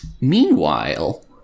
Meanwhile